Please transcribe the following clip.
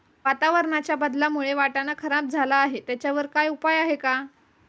वातावरणाच्या बदलामुळे वाटाणा खराब झाला आहे त्याच्यावर काय उपाय आहे का?